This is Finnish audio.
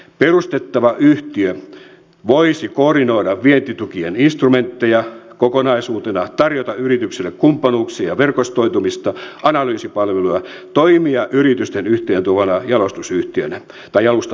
perustettava yhtiö voisi koordinoida vientitukien instrumentteja kokonaisuutena tarjota yrityksille kumppanuuksia ja verkostoitumista analyysipalveluja toimia yrityksiä yhteen tuovana jalustayhtiönä